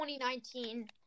2019